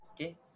Okay